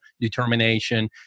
determination